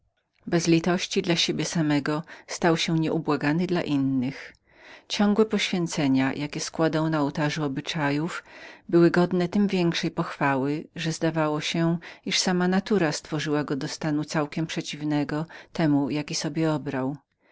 bez litości dla siebie samego stał się nieubłaganym dla drugich ciągłe poświęcenia jakie składał na ołtarzu obyczajów były godne tem większej pochwały że zdawało się iż sama natura stworzyła go do stanu całkiem przeciwnego temu jaki sobie był obrał